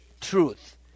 truth